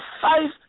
five